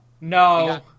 No